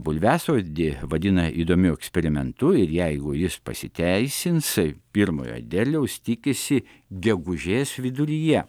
bulviasodį vadina įdomiu eksperimentu ir jeigu jis pasiteisins pirmojo derliaus tikisi gegužės viduryje